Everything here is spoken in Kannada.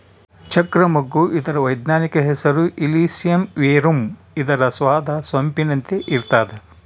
ಚಕ್ರ ಮಗ್ಗು ಇದರ ವೈಜ್ಞಾನಿಕ ಹೆಸರು ಇಲಿಸಿಯಂ ವೆರುಮ್ ಇದರ ಸ್ವಾದ ಸೊಂಪಿನಂತೆ ಇರ್ತಾದ